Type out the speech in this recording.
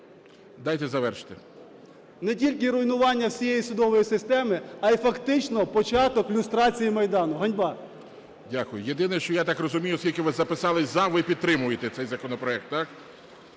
Дайте завершити. КНЯЗЕВИЧ Р.П. …не тільки руйнування всієї судової системи, а й фактично початок люстрації Майдану. Ганьба! ГОЛОВУЮЧИЙ. Дякую. Єдине, що, я так розумію, оскільки ви записались "за", ви підтримуєте цей законопроект, так?